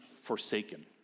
forsaken